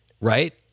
right